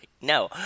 No